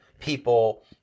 people